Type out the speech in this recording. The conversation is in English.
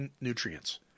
nutrients